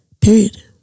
Period